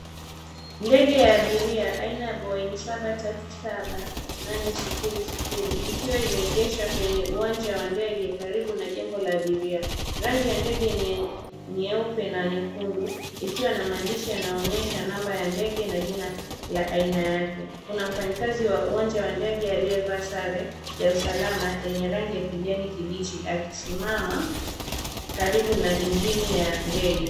Ndege ya abiria aina ya Boeing 737800 ikiwa imeegeshwa kwenye uwanja wa ndege karibu na jengo la abiria. Rangi ya ndege ni ya nyeupe na nyekundu ikiwa na maandishi yanayoonyesha namba ya ndege na jina la aina yake. Kuna mfanyikazi wa uwanja wa ndege aliyevalia sare ya usalama yenye rangi ya kijani kibichi akisimama karibu na injini ya ndege.,